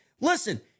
listen